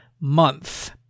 Month